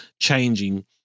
changing